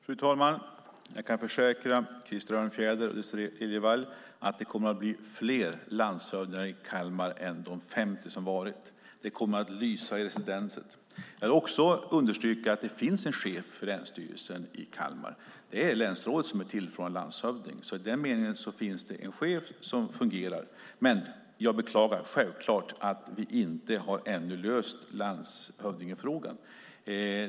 Fru talman! Jag kan försäkra Krister Örnfjäder och Désirée Liljevall att det kommer att bli fler landshövdingar i Kalmar än de 50 som varit. Det kommer att lysa i residenset. Jag vill också understryka att det finns en chef för länsstyrelsen i Kalmar. Det är länsrådet som är tillförordnad landshövding. I den meningen finns det en chef som fungerar. Men jag beklagar självklart att vi ännu inte har löst landshövdingefrågan.